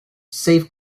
save